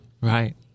Right